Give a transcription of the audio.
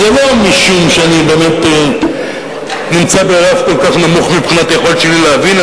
וזה לא משום שאני באמת נמצא ברף כל כך נמוך מבחינת היכולת שלי להבין,